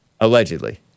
Allegedly